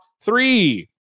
three